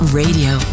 radio